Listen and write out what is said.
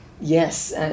Yes